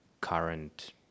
current